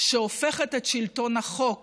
שהופכת את שלטון החוק